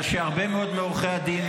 אבל שזרה להרבה מאוד מעורכי הדין,